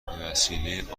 بهوسیله